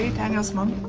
daniel's mom.